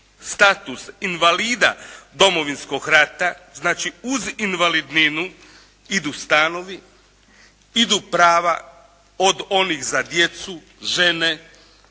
status invalida Domovinskog rata. Znači, uz invalidninu idu stanovi, idu prava od onih za djecu, žene,